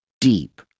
deep